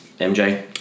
MJ